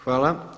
Hvala.